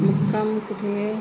मुक्काम कुठे